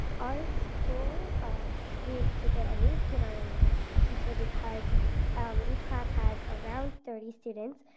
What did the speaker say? our school needs to get a new kindergarten teacher because um each class has around thirty students.